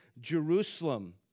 Jerusalem